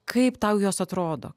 kaip tau jos atrodo